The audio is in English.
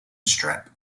strap